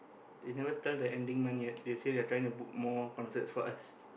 they never tell the ending month yet they say they're trying to book more concerts for us